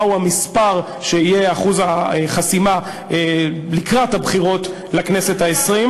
המספר שיהיה אחוז החסימה לקראת הבחירות לכנסת העשרים.